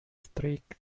strict